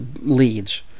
leads